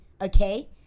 okay